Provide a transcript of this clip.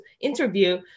interview